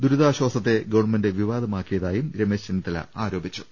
ദുരിതാശ്ചാസത്തെ government വിവാദമാക്കിയതായും രമേശ് ചെന്നിത്തല ആരോപിച്ചു